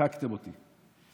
הצחקתם אותי.